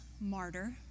martyr